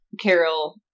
carol